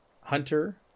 Hunter